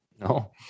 No